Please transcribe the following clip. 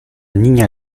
niña